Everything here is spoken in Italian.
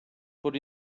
con